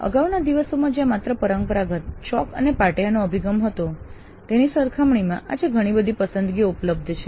અગાઉના દિવસોમાં જ્યાં માત્ર પરંપરાગત ચાક અને પાટિયાનો અભિગમ હતો તેની સરખામણીમાં આજે ઘણી બધી પસંદગીઓ ઉપલબ્ધ છે